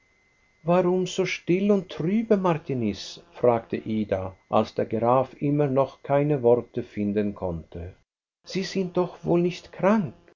stunde warum so still und trübe martiniz fragte ida als der graf immer noch keine worte finden konnte sie sind doch wohl nicht krank